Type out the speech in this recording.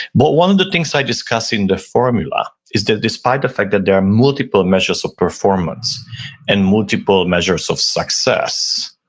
but one of the things i discuss in the formula is that despite the fact that there are multiple measures of performance and multiple measures of success,